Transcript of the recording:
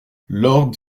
lord